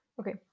Okay